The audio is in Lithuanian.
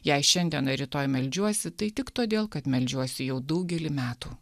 jei šiandien ar rytoj meldžiuosi tai tik todėl kad meldžiuosi jau daugelį metų